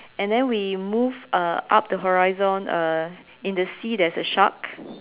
and then we move uh up the horizon uh in the sea there's a shark